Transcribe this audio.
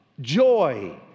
joy